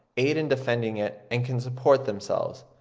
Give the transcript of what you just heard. aid in defending it, and can support themselves.